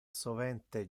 sovente